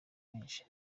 menshi